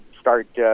start